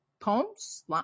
poems